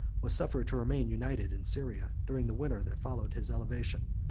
was suffered to remain united in syria, during the winter that followed his elevation.